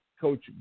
Coach